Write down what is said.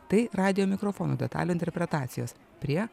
tai radijo mikrofono detalių interpretacijos prie